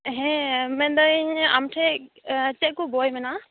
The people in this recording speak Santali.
ᱦᱮᱸ ᱢᱮᱱᱫᱟᱹᱧ ᱟᱢ ᱴᱷᱮᱱ ᱪᱮᱫ ᱠᱚ ᱵᱳᱭ ᱢᱮᱱᱟᱜᱼᱟ